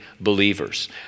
believers